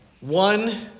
One